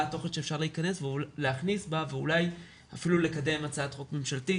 התוכן שאפשר להכניסה בה ואולי אפילו לקדם הצעת חוק ממשלתית,